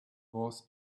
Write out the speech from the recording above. was